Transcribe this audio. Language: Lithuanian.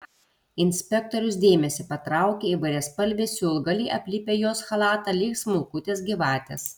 inspektoriaus dėmesį patraukia įvairiaspalviai siūlgaliai aplipę jos chalatą lyg smulkutės gyvatės